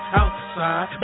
outside